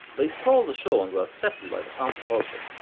they stole the show and were accepted by the counter-culture.